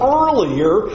earlier